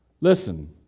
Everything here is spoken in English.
Listen